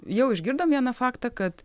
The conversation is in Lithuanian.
jau išgirdom vieną faktą kad